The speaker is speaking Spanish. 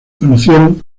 conocieron